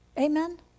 Amen